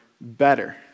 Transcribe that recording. better